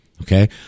Okay